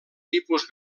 tipus